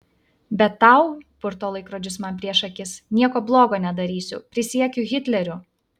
bet tau purto laikrodžius man prieš akis nieko blogo nedarysiu prisiekiu hitleriu